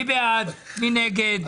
מי בעד, מי נגד?